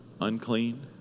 unclean